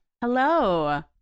Hello